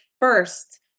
first